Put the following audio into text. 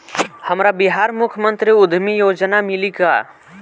हमरा बिहार मुख्यमंत्री उद्यमी योजना मिली का?